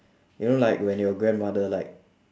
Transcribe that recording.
you know like when your grandmother like